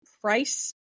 price